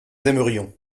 aimerions